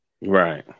right